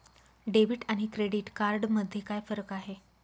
Debit आणि credit card मध्ये काय फरक आहे?